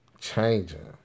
changing